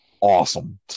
awesome